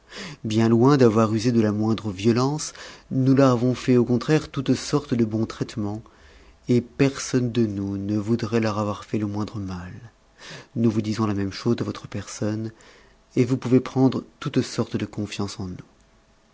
bien loin d'avoir usé de la moindre violence nous leur avons fait au contraire toute sorte de bons traitements et personne de nous ne voudrait leur avoir fait le moindre mat nous vous disons la même chose de votre personne et vous pouvez prendre toute sorte de confiance en nous